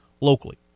locally